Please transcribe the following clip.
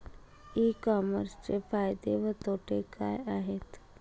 E कॉमर्सचे फायदे व तोटे काय असतात?